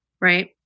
Right